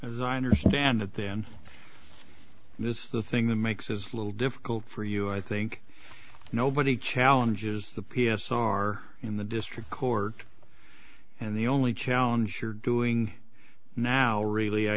as i understand it then this is the thing that makes as little difficult for you i think nobody challenges the p s r in the district court and the only challenge you're doing now really i